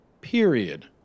period